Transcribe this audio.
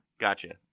Gotcha